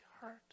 heart